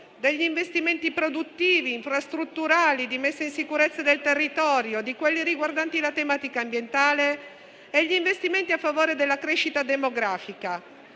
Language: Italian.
degli investimenti produttivi, infrastrutturali, di messa in sicurezza del territorio, di quelli riguardanti la tematica ambientale e degli investimenti a favore della crescita demografica.